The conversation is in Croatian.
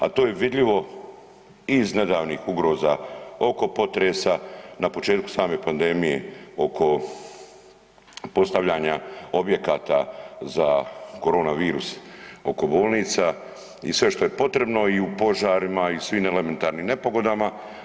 A to je vidljivo iz nedavnih ugroza oko potresa, na početku same pandemije oko postavljanja objekata za korona virus oko bolnica i sve što je potrebno i u požarima i svim elementarnim nepogodama.